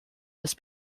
des